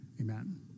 Amen